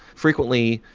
frequently,